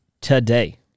today